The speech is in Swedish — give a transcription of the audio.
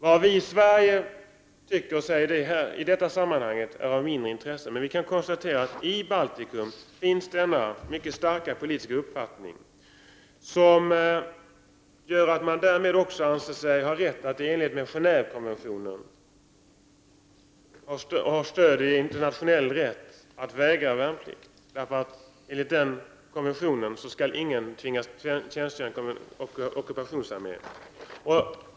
Vad vi i Sverige tycker i detta sammanhang är av mindre intresse, men det kan konstateras att man i Baltikum har denna mycket starka politiska uppfattning, att man anser sig ha stöd, i Gen&vekonventionen och internationell rätt, för att vägra värnplikt. Enligt den konventionen skall ingen tvingas tjänstgöra i en ockupationsarmé.